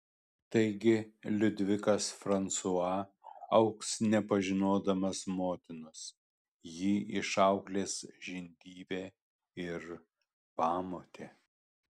taigi liudvikas fransua augs nepažinodamas motinos jį išauklės žindyvė ir pamotė